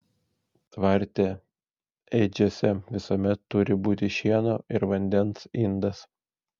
tvarte ėdžiose visuomet turi būti šieno ir vandens indas